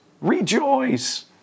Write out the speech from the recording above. rejoice